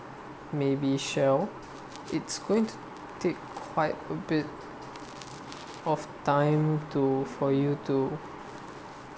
may be Shell it's going to take quite a bit of time to for you to